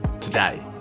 today